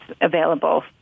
available